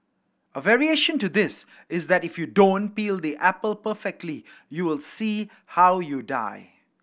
a variation to this is that if you don't peel the apple perfectly you will see how you die